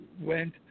went